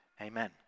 amen